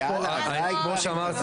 יאללה, די כבר עם זה.